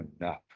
enough